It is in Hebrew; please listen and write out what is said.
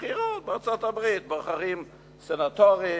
בבחירות בארצות-הברית בוחרים סנטורים,